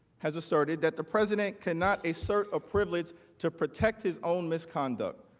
has asserted that the president cannot assert a privilege to protect his own misconduct,